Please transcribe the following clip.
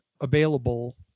available